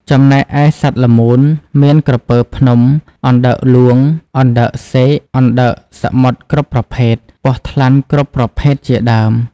ចំណែឯសត្វល្មូនមាន ក្រពើភ្នំ , អណ្ដើកហ្លួង អណ្ដើកសេក អណ្ដើកសមុទ្រគ្រប់ប្រភេទ ពស់ថ្លាន់គ្រប់ប្រភេទជាដើម។